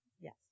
yes